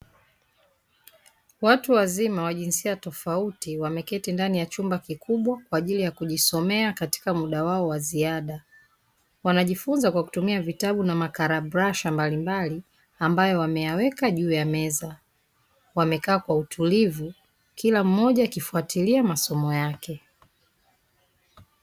Watu wazima wa jinsia tofauti wameketi ndani ya chumba kikubwa kwa ajili ya kujisomea katika muda wao wa ziada, wanajifunza kwa kutumia vitabu na makarabrasha mbalimbali ambayo wameyaweka juu ya meza. Wamekaa kwa utulivu kila mmoja akifuatilia masomo yake.